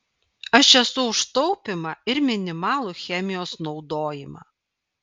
aš esu už taupymą ir minimalų chemijos naudojimą